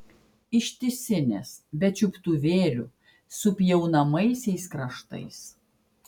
ištisinės be čiuptuvėlių su pjaunamaisiais kraštais